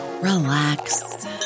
relax